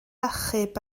achub